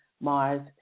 Mars